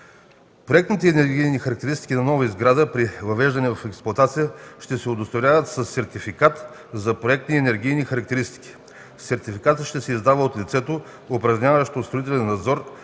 Проектните енергийни характеристики на нова сграда преди въвеждане в експлоатация ще се удостоверяват със сертификат за проектни енергийни характеристики. Сертификатът ще се издава от лицето, упражняващо строителен надзор